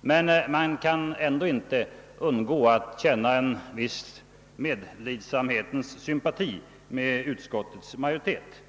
men man kan ändå inte undgå att känna en viss medlidsamhetens sympati med utskottets majoritet.